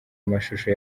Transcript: amashusho